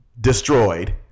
destroyed